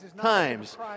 times